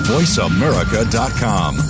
VoiceAmerica.com